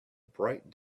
bright